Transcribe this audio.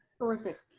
terrific.